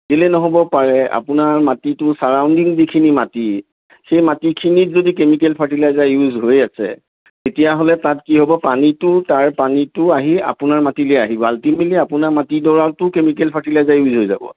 কেলৈ নহ'ব পাৰে আপোনাৰ মাটিটোৰ চাৰাউণ্ডিং যিখিনি মাটি সেই মাটিখিনিত যদি কেমিকেল ফাৰ্টিলাইজাৰ ইউজ হৈ আছে তেতিয়াহ'লে তাত কি হ'ব পানীটো তাৰ পানীটো আহি আপোনাৰ মাটিলৈ আহিব আল্টিমেটলি আপোনাৰ মাটিডৰাটো কেমিকেল ফাৰ্টিলাইজাৰ ইউজ হৈ যাব